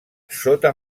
sota